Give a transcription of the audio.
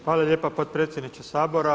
Hvala lijepa potpredsjedniče Sabora.